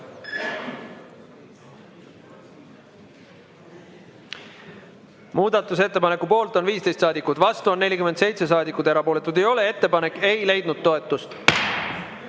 Muudatusettepaneku poolt on 15 saadikut, vastu oli 47 saadikut, erapooletuid ei ole. Ettepanek ei leidnud toetust.